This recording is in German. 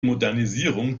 modernisierung